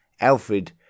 Alfred